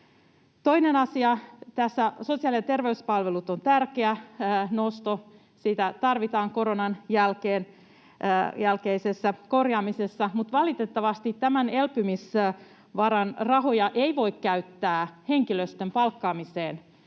Toinen asia: Tässä sosiaali- ja terveyspalvelut on tärkeä nosto, niitä tarvitaan koronan jälkeisessä korjaamisessa. Mutta valitettavasti tämän elpymisvälineen rahoja ei voi käyttää henkilöstön palkkaamiseen